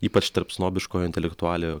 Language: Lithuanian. ypač tarp snobiško intelektualiojo